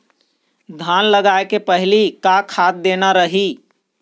धान लगाय के पहली का खाद देना रही?